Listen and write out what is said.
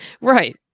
Right